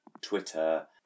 Twitter